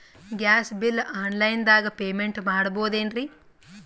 Gas bill online ದಾಗ payment ಮಾಡಬೋದೇನ್ರಿ?